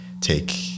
take